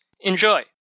Enjoy